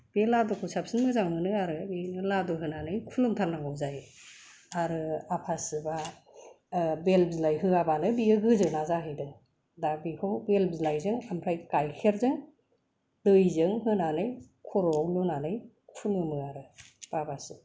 बे लादुखौ साबसिन मोजां मोनो आरो बेनो लादु होनानै खुलुमथारनांगौ जायो आरो आफा शिबआ ओ बेल बिलाइ होआबानो बियो गोजोना जाहैदों दा बेखौ बेल बिलाइजों ओमफ्राय गाइखेरजों दैजों होनानै खर'आव लुनानै खुलुमो आरो बाबा शिबखौ